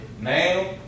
now